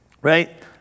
right